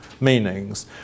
meanings